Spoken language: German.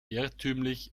irrtümlich